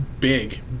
big